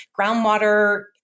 groundwater